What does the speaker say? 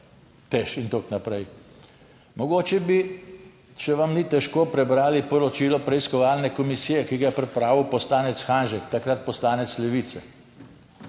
TEŠ in tako naprej. Mogoče bi, če vam ni težko, prebrali poročilo preiskovalne komisije, ki ga je pripravil poslanec Hanžek, takrat poslanec Levice.